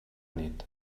nit